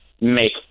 make